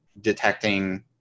detecting